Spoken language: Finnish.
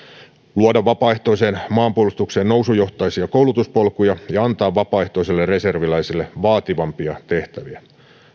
luoda vapaaehtoiseen maanpuolustukseen nousujohteisia koulutuspolkuja ja antaa vapaaehtoiselle reserviläiselle vaativampia tehtäviä